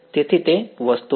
તેથી તે વસ્તુ છે